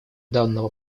данного